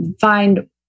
find